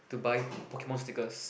to buy Pokemon stickers